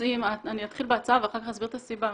אני אתחיל בהצעה ואחר כך אסביר את הסיבה.